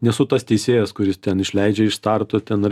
nesu tas teisėjas kuris ten išleidžia iš starto ten ar